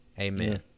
Amen